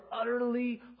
utterly